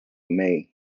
may